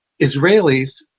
Israelis